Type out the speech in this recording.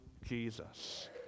Jesus